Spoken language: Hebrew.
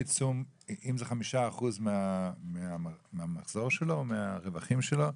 האם אלה חמישה אחוזים מהמחזור שלו או מהרווחים שלו?